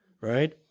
right